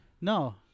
No